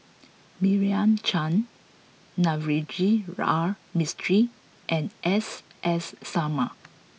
Meira Chand Navroji R Mistri and S S Sarma